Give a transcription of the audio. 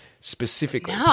specifically